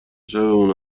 شبمون